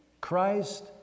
Christ